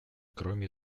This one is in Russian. кроме